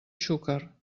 xúquer